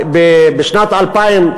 בשנת 2000,